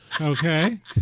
Okay